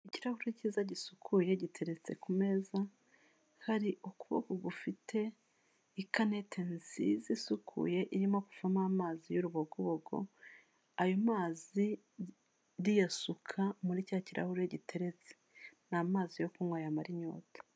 Ikirahuri cyiza gisukuye giteretse ku meza, hari ukuboko gufite ikanete nziza isukuye irimo kuvamo amazi y'urubogobogo, ayo mazi riyasuka muri cya kirahure giteretse, ni amazi yo kunywa y'amara inyota.